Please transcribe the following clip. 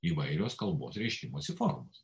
įvairios kalbos reiškimosi formos